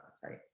sorry